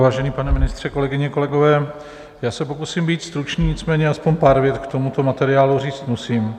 Vážený pane ministře, kolegyně, kolegové, já se pokusím být stručný, nicméně aspoň pár vět k tomuto materiálu říct musím.